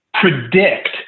predict